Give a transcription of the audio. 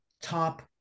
top